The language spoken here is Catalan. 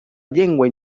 llengua